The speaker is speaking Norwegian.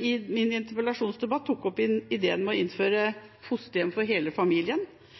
I min interpellasjon tok jeg opp ideen om å innføre fosterhjem for hele familien.